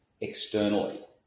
externally